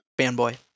fanboy